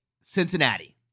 Cincinnati